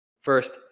First